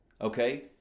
Okay